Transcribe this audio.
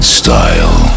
style